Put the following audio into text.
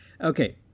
okay